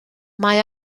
mae